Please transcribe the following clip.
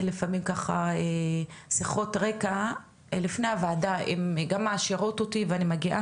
לפעמים ככה שיחות רקע לפני הוועדה הן גם מעשירות אותי ואני מגיעה